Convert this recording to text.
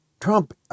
Trump